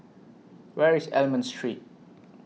Where IS Almond Street